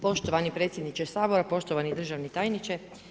Poštovani predsjedniče Sabora, poštovani državni tajniče.